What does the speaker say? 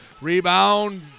Rebound